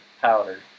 powder